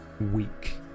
weak